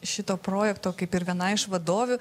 šito projekto kaip ir vienai iš vadovių